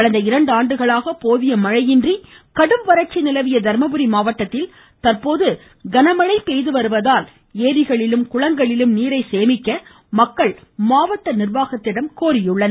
கடந்த இரண்டாண்டுகளாக போதிய மழை இன்றி கடும் வறட்சி நிலவிய தர்மபுரி மாவட்டத்தில் தற்போது நல்ல மழை பெய்துவருவதால் ஏாிகளிலும் குளங்களிலும் நீரை சேமிக்க மக்கள் மாவட்ட நிர்வாகத்திடம் கேட்டுக்கொண்டுள்ளனர்